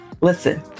Listen